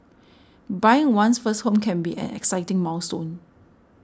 buying one's first home can be an exciting milestone